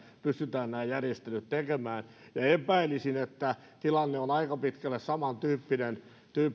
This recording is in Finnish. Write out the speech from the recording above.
pystytään nämä järjestelyt tekemään epäilisin että tilanne on aika pitkälle samantyyppinen